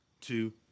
two